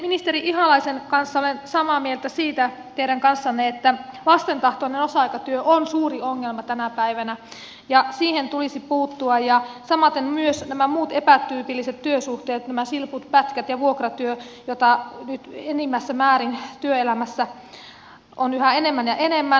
sitten ministeri ihalainen olen samaa mieltä teidän kanssanne että vastentahtoinen osa aikatyö on suuri ongelma tänä päivänä ja siihen tulisi puuttua ja samaten nämä muut epätyypilliset työsuhteet silput pätkät ja vuokratyö joita nyt työelämässä on yhä enemmän ja enemmän